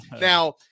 Now –